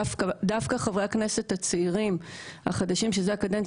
דווקא חברי הכנסת הצעירים שזאת הקדנציה